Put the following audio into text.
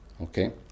Okay